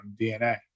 DNA